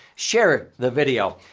share the video.